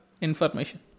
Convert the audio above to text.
Information